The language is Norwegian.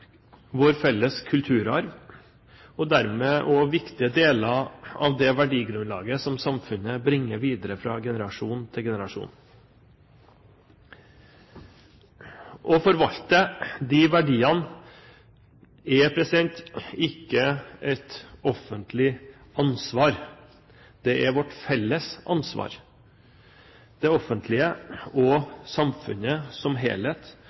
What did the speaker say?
vår historie, vår felles kulturarv og dermed også viktige deler av det verdigrunnlaget som samfunnet bringer videre fra generasjon til generasjon. Å forvalte de verdiene er ikke et offentlig ansvar. Det er vårt felles ansvar – det offentlige og samfunnet som helhet,